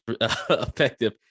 effective